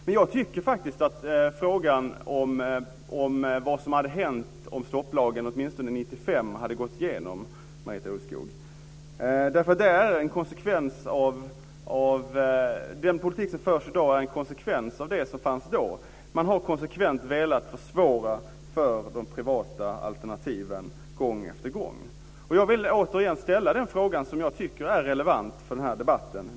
Men jag vill faktiskt ta upp frågan om vad som hade hänt om stopplagen hade gått igenom åtminstone 1995, Marita Ulvskog. Den politik som förs i dag är en konsekvens av det som fanns då. Man har gång efter gång konsekvent velat försvåra för de privata alternativen. Jag vill återigen ställa den fråga som jag tycker är relevant i den här debatten.